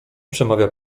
przemawia